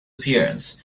appearance